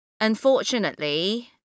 Unfortunately